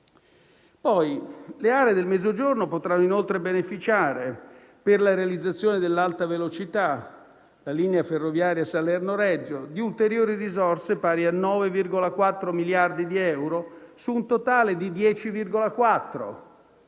Le aree del Mezzogiorno potranno inoltre beneficiare, per la realizzazione dell'Alta velocità, la linea ferroviaria Salerno-Reggio Calabria, di ulteriori risorse, pari a 9,4 miliardi di euro, su un totale di 10,4 miliardi